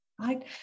Right